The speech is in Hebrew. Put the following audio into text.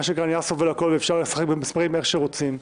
אפשר לשחק במספרים כפי שרוצים.